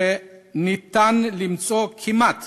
שאפשר למצוא כמעט